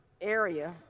area